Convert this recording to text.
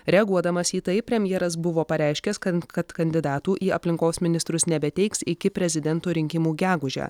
reaguodamas į tai premjeras buvo pareiškęs kan kad kandidatų į aplinkos ministrus nebeteiks iki prezidento rinkimų gegužę